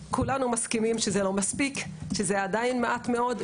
שלנו כדי שהוא ייקלט ויהיה עובד הייטק,